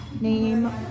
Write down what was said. name